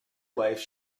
life